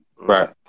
Right